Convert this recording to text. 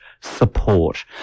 support